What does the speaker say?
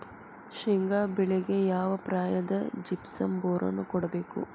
ಶೇಂಗಾ ಬೆಳೆಗೆ ಯಾವ ಪ್ರಾಯದಾಗ ಜಿಪ್ಸಂ ಬೋರಾನ್ ಕೊಡಬೇಕು?